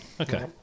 Okay